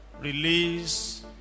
release